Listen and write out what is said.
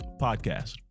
podcast